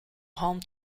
home